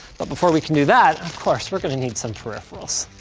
but before we can do that, of course, we're gonna need some peripherals.